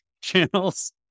channels